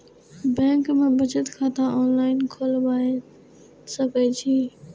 Bank में बचत खाता ऑनलाईन खोलबाए सके छी?